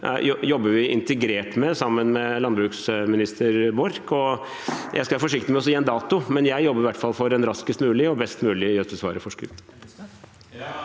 jobber vi integrert med sammen med landbruksminister Borch. Jeg skal være forsiktig med å gi en dato, men jeg jobber i hvert fall for en raskest mulig og best mulig gjødselvareforskrift.